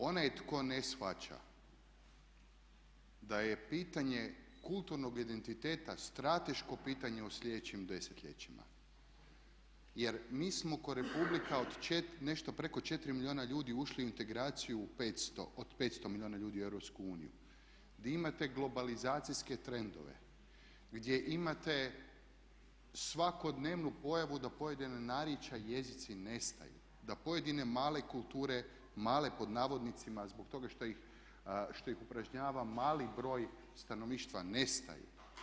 Onaj tko ne shvaća da je pitanje kulturnog identiteta strateško pitanje u sljedećim desetljećima jer mi smo ko Republika nešto preko 4 milijuna ljudi ušli u integraciju od 500 milijuna ljudi u EU, gdje imate globalizacijske trendove, gdje imate svakodnevnu pojavu da pojedina narječja i jezici nestaju, da pojedine male kulture, "male" pod navodnicima zbog toga što ih upražnjava mali broj stanovništva, nestaju.